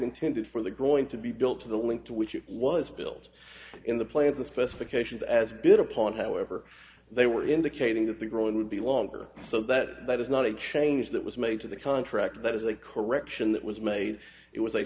intended for the groin to be built to the link to which it was built in the play of the specifications as bid upon however they were indicating that the growing would be longer so that that is not a change that was made to the contract that is a correction that was made it was